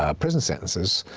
ah prison sentences.